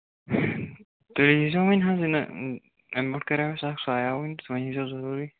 تُہۍ ییٖزیٚو وۅنۍ یہِ حظ نا اَمہِ برٛونٛٹھ کَراو اَسہِ اکھ سُہ آیاوٕے نہٕ وۅنۍ ییٖزیٚو ضروٗری